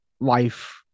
life